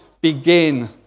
begin